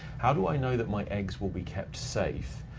how do i know that my eggs will be kept safe?